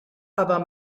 aber